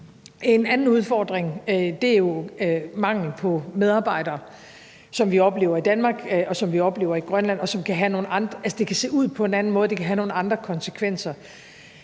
En anden udfordring er jo manglen på medarbejdere, som vi oplever i Danmark, og som vi oplever i Grønland, og som kan se ud på en anden måde og have nogle andre konsekvenser.